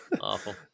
Awful